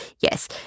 yes –